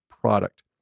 product